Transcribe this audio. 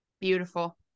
Beautiful